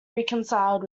reconciled